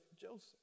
Joseph